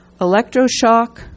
electroshock